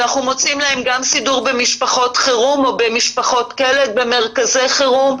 ואנחנו מוצאים להם גם סידור במשפחות חירום או במרכזי חירום.